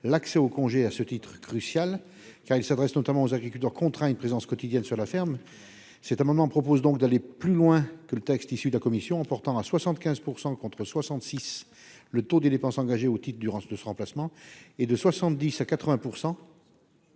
l'accès au congé est capital, car il s'adresse notamment aux agriculteurs contraints à une présence quotidienne sur la ferme. Cet amendement tend donc à aller plus loin que le texte issu de la commission, en portant le taux des dépenses engagées au titre du remplacement de 66 % à 75